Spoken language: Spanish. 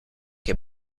que